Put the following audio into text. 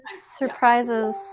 surprises